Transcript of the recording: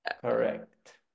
Correct